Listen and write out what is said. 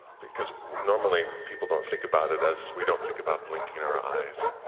because normally people don't think about it as we don't think about blinking our eyes,